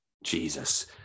Jesus